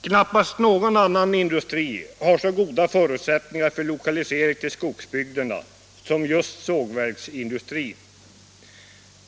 Knappast någon annan industri har så goda förutsättningar för lokalisering till skogsbygderna som just sågverksindustrin.